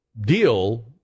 deal